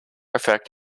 effect